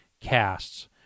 casts